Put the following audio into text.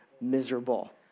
miserable